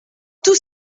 tous